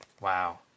Wow